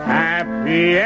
happy